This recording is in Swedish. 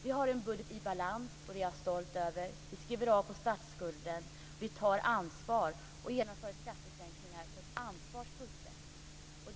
Vi har en budget i balans, och det är jag stolt över. Vi skriver av på statsskulden och genomför skattesänkningar på ett ansvarsfullt sätt.